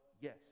yes